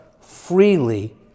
freely